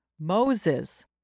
Moses